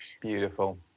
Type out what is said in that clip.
beautiful